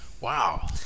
Wow